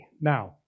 now